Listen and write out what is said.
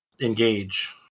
Engage